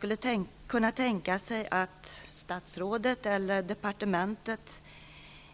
Kan statsrådet eller departementet